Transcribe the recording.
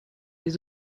des